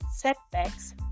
setbacks